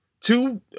Two